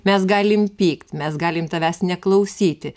mes galim pykt mes galim tavęs neklausyti